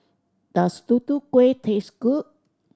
does Tutu Kueh taste good